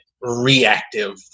reactive